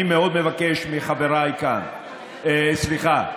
אני מאוד מבקש מחבריי כאן, סליחה.